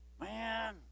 Man